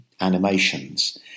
animations